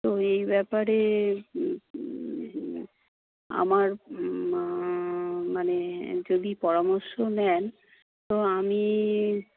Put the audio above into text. তো এই ব্যাপারে আমার মানে যদি পরামর্শ নেন তো আমি